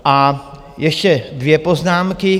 A ještě dvě poznámky.